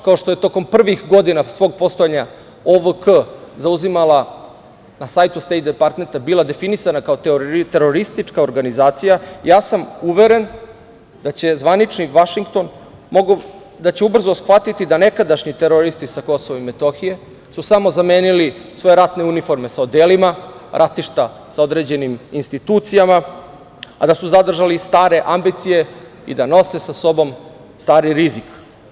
Kao što je tokom prvih godina svog postojanja OVK na sajtu Stejt Departmenta bila definisana kao teroristička organizacija, ja sam uveren da će zvanični Vašington ubrzo shvatiti da nekadašnji teroristi sa KiM su samo zamenili svoje ratne uniforme sa odelima ratišta sa određenim institucijama, a da su zadržali stare ambicije i da nose sa sobom stari rizik.